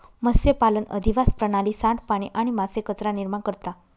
मत्स्यपालन अधिवास प्रणाली, सांडपाणी आणि मासे कचरा निर्माण करता